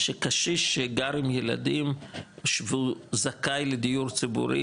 שקשיש שגר עם הילדים והוא זכאי לדיור ציבורי,